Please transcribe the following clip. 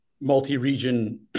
multi-region